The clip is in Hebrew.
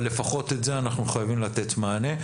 אבל לפחות על זה אנחנו חייבים לתת מענה.